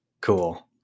Cool